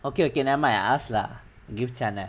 okay okay nevermind I ask lah give you chance lah